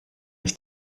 ich